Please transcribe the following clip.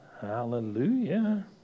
Hallelujah